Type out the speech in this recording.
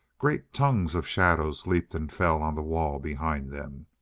great tongues of shadows leaped and fell on the wall behind them.